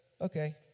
okay